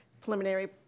preliminary